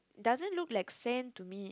doesn't look like sand to me